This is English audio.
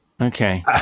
Okay